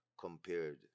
compared